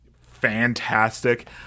fantastic